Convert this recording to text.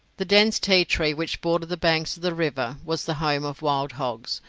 the dense tea-tree which bordered the banks of the river was the home of wild hogs,